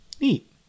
Neat